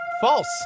False